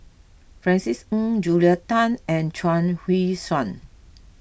Francis Ng Julia Tan and Chuang Hui Tsuan